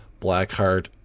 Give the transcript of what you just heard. Blackheart